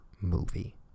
movie